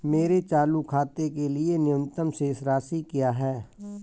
मेरे चालू खाते के लिए न्यूनतम शेष राशि क्या है?